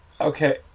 okay